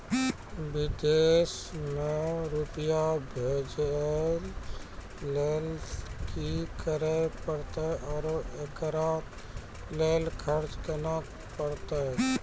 विदेश मे रुपिया भेजैय लेल कि करे परतै और एकरा लेल खर्च केना परतै?